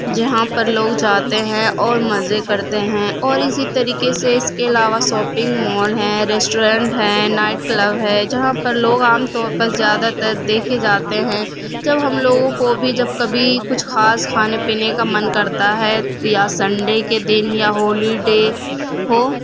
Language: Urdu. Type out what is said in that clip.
جہاں پر لوگ جاتے ہیں اور مزے کرتے ہیں اور اسی طریقے سے اس کے علاوہ ساپنگ مال ہیں ریسٹورینٹ ہیں نائٹ کلب ہے جہاں پر لوگ عام طور پر زیادہ تر دیکھے جاتے ہیں جب ہم لوگوں کو بھی جب کبھی کچھ خاص کھانے پینے کا من کرتا ہے یا سنڈے کے دن یا ہولیڈے ہو